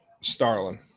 Starlin